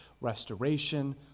restoration